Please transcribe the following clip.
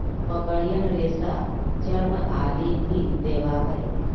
बकरियन रेशा, चर्म आदि भी देवा हई